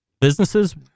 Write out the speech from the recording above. businesses